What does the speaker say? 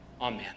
Amen